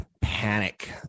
panic